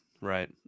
right